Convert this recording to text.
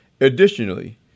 Additionally